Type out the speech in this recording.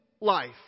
life